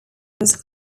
was